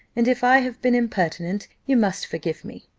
and if i have been impertinent, you must forgive me.